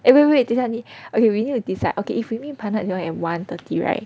eh wait wait 等一下你 ok we need to decide okay if you meet Benard Leon at one thirty right